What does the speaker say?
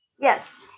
Yes